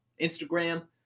Instagram